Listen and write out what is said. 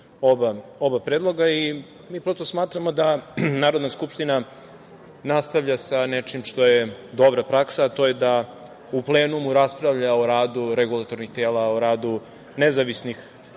oba predloga. Prosto smatramo da Narodna skupština nastavlja sa nečim što je dobra praksa, a to je a u plenumu raspravlja o radu regulatornih tela, o radu nezavisnih